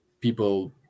people